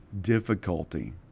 difficulty